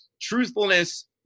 Truthfulness